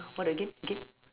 what again again